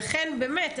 לכן באמת,